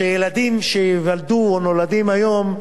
שילדים שייוולדו או שנולדים היום,